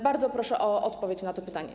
Bardzo proszę o odpowiedź na to pytanie.